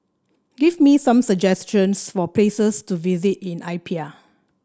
give me some suggestions for places to visit in Apia